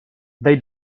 they